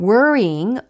Worrying